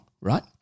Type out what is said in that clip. right